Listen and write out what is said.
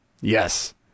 Yes